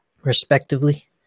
respectively